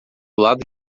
lado